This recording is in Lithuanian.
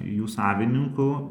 jų savininkų